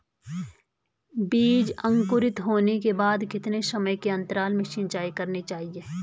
बीज अंकुरित होने के बाद कितने समय के अंतराल में सिंचाई करनी चाहिए?